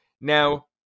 Now